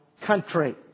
country